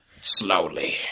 Slowly